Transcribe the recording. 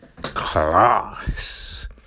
class